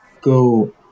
go